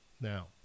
Now